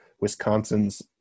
Wisconsin's